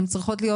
הן צריכות להיות